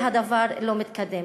והדבר לא מתקדם.